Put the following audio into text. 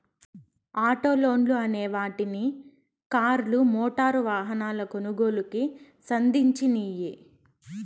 auto లోన్లు అనే వాటిని కార్లు, మోటారు వాహనాల కొనుగోలుకి సంధించినియ్యి